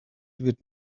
wird